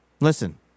Listen